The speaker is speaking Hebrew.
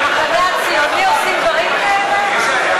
המחנה הציוני עושים דברים כאלה?